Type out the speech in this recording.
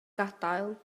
gadael